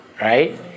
Right